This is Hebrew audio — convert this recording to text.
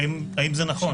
האם זה נכון?